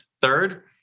Third